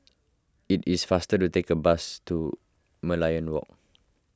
it is faster to take a bus to Merlion Walk